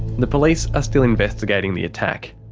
the police are still investigating the attack.